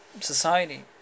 society